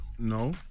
No